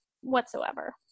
whatsoever